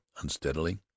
unsteadily